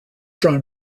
drawn